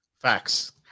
Facts